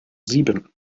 sieben